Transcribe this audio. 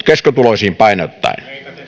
keskituloisiin painottaen